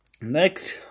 next